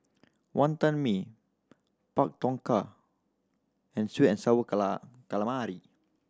Wantan Mee Pak Thong Ko and sweet and sour calamari